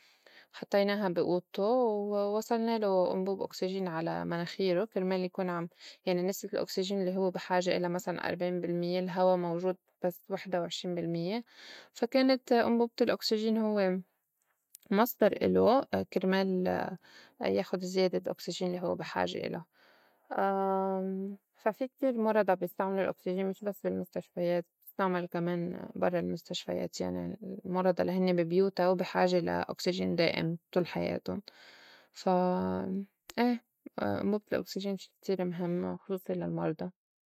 حطيناها بي أوضتو و وصّلنالو أنبوب أوكسجين على مناخيرو كرمال يكون عم يعني نسبة الأوكسجين الّي هوّ بحاجة إلا مسلاً أربعين بالميّة الهوا موجود بس وحدة وعشرين بالميّة فا كانت أنبوبة الأوكسجين هوّ مصدر إلو كرمال ياخُد زيادة أوكسجين اللّي هوّ بحاجة إلا، فا في كتير مُرضى بيستعملو الأوكسجين مش بس المستشفيات بتستعمل كمان برّا المستشفيات يعني المُرضى الّي هنّي بي بيوتا وبي حاجة لا أوكسجين دائم طول حياتُن. فا أي أمبوبة الأوكسجين شي كتير مهم خصوصي للمرضى.